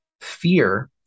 Fear